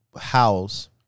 house